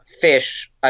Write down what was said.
fish